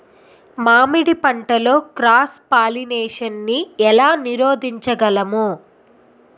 మామిడి పంటలో cross pollination నీ ఏల నీరోధించగలము?